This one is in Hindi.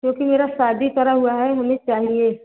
क्योंकि मेरा शादी करा हुआ है मुझे चाहिए